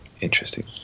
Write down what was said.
Interesting